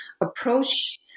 approach